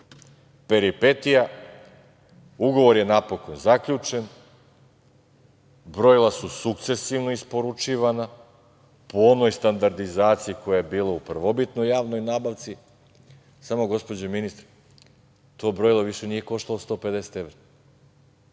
peripetija ugovor je napokon zaključen, brojila su sukcesivno isporučivana, po onoj standardizaciji koja je bila u prvobitnoj javnoj nabavci, samo gospođo ministre, to brojilo više nije koštalo 150 evra,